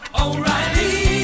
O'Reilly